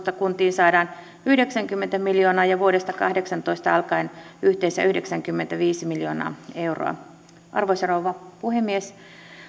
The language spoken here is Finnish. kuntiin saadaan yhdeksänkymmentä miljoonaa ja vuodesta kahdeksantoista alkaen yhteensä yhdeksänkymmentäviisi miljoonaa euroa arvoisa rouva puhemies